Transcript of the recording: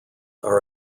are